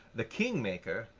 the king-maker,